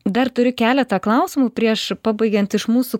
dar turiu keletą klausimų prieš pabaigiant iš mūsų